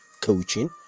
coaching